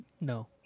No